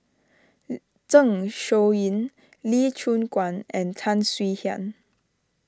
Zeng Shouyin Lee Choon Guan and Tan Swie Hian